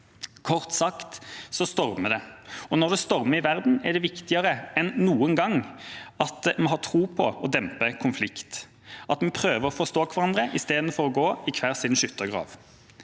Kort sagt så stormer det. Når det stormer i verden, er det viktigere enn noen gang at vi har tro på å dempe konflikt, at vi prøver å forstå hverandre i stedet for å gå i hver vår skyttergrav.